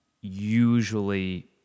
usually